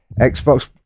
Xbox